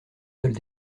seule